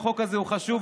החוק הזה הוא חשוב,